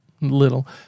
Little